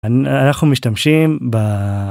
אנחנו משתמשים ב-...